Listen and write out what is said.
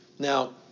Now